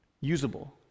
usable